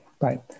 Right